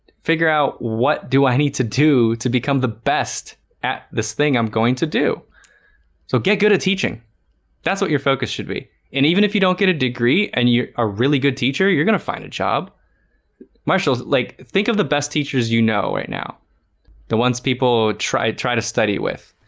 figure out what do i need to do to become the best at this thing? i'm going to do so get good at teaching that's what your focus should be and even if you don't get a degree and you're a really good teacher you're gonna find a job marshalls like think of the best teachers, you know right now the ones people tried try to study with